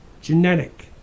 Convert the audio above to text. genetic